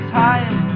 time